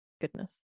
goodness